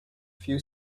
few